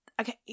Okay